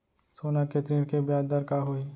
सोना के ऋण के ब्याज दर का होही?